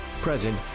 present